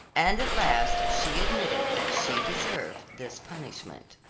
and at last she admitted that she deserved this punishment.